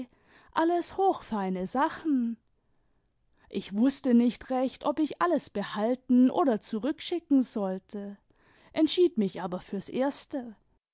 alles hochfeine sachen ich wußte nicht recht ob ich alles behalten oder zurückschicken sollte entschied mich aber fürs erste